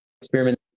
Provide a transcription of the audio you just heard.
Experiment